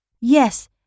Yes